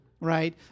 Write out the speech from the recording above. Right